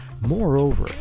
Moreover